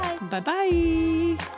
Bye-bye